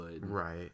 right